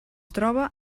troba